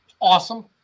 Awesome